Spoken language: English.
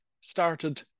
started